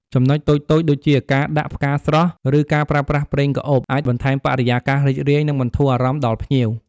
ចំណុចតូចៗដូចជា ការដាក់ផ្កាស្រស់ ឬការប្រើប្រាស់ប្រេងក្រអូប អាចបន្ថែមបរិយាកាសរីករាយ និងបន្ធូរអារម្មណ៍ដល់ភ្ញៀវ។